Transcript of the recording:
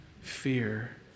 fear